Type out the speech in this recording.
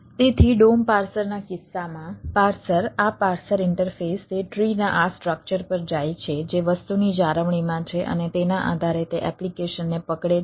તેથી DOM પાર્સરના કિસ્સામાં પાર્સર આ પાર્સર ઇન્ટરફેસ તે ટ્રીનાં આ સ્ટ્રક્ચર પર જાય છે જે વસ્તુની જાળવણીમાં છે અને તેના આધારે તે એપ્લિકેશનને પકડે છે